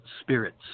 spirits